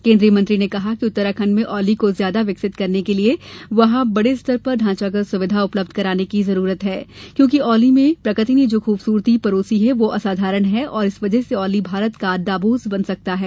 केंद्रीय मंत्री ने कहा उत्तराखंड में औली को ज्यादा विकसित करने के लिए वहां बड़े स्तर पर ढांचागत सुविधा उपलब्ध कराने की जरूरत है क्योंकि औली में प्रकृति ने जो खूबसूरती परोसी है वह असाधारण है और इस वजह से औली भारत का डाबोस बन सकता है